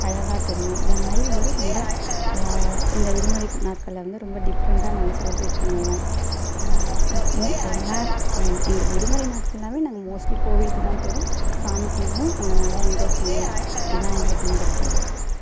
அழகாக தெரியும் அதேமாதிரி வந்து ரொம்ப இந்த விடுமுறை நாட்களை வந்து ரொம்ப டிஃப்ரெண்ட்டாக நாங்கள் செலிப்ரேட் பண்ணுவோம் மோ எல்லாம் எங்களுக்கு விடுமுறை நாட்கள்னாவே நாங்கள் மோஸ்ட்லி கோவிலுக்கு தான் போவோம் சாமி கும்பிடுவோம் அங்கே நல்லா என்ஜாய் பண்ணுவோம் இதுதான் எங்களுக்கு நடக்கும்